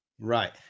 Right